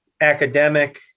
academic